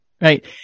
right